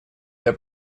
для